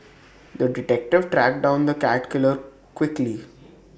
the detective tracked down the cat killer quickly